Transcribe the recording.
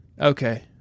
Okay